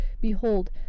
behold